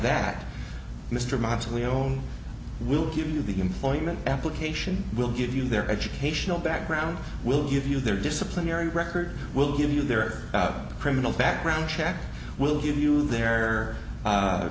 that mr moggs we own we will give you the employment application will give you their educational background will give you their disciplinary record will give you their criminal background check will give you their